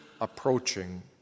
approaching